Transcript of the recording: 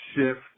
shift